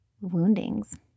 woundings